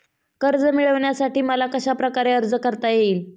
कर्ज मिळविण्यासाठी मला कशाप्रकारे अर्ज करता येईल?